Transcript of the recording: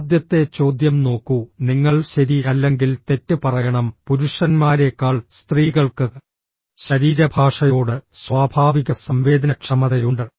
ആദ്യത്തെ ചോദ്യം നോക്കൂ നിങ്ങൾ ശരി അല്ലെങ്കിൽ തെറ്റ് പറയണം പുരുഷന്മാരേക്കാൾ സ്ത്രീകൾക്ക് ശരീരഭാഷയോട് സ്വാഭാവിക സംവേദനക്ഷമതയുണ്ട്